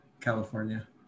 California